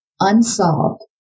Unsolved